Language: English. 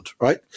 right